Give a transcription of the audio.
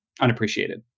unappreciated